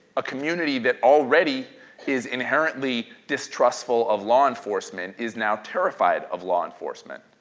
a community that already is inherently distrustful of law enforcement is now terrified of law enforcement.